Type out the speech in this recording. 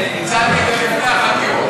הצעתי את זה לפני החקירות.